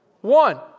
one